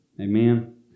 Amen